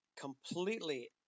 completely